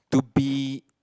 to be